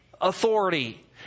authority